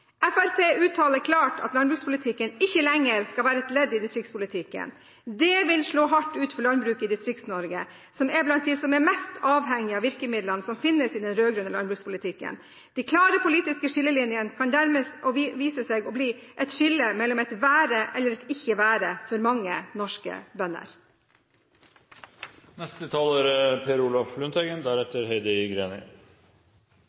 Fremskrittspartiet uttaler klart at landbrukspolitikken ikke lenger skal være et ledd i distriktspolitikken. Det vil slå hardt ut for landbruket i Distrikts-Norge, som er blant de næringene som er mest avhengig av virkemidlene som finnes i den rød-grønne landbrukspolitikken. De klare politiske skillelinjene kan dermed vise seg å bli et skille mellom et være eller ikke være for mange norske